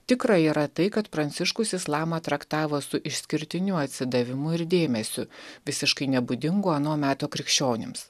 tikra yra tai kad pranciškus islamą traktavo su išskirtiniu atsidavimu ir dėmesiu visiškai nebūdingu ano meto krikščionims